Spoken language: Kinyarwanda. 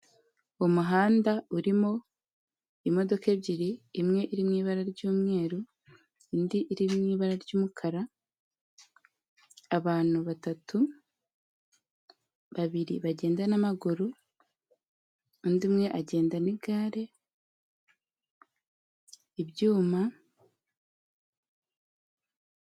Umuhanda urimo imodoka ebyiri imwe iri mu ibara ry'umweru, indi iri mu ibara ry'umukara, abantu batatu, babiri bagenda n'amaguru undi umwe agenda n'igare, ibyuma...